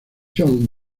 john